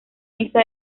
misa